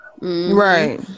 Right